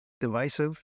divisive